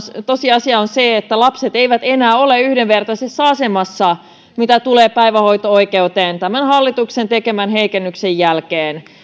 tosiasia on se että lapset eivät enää ole yhdenvertaisessa asemassa mitä tulee päivähoito oikeuteen tämän hallituksen tekemän heikennyksen jälkeen